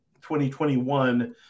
2021